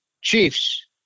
Chiefs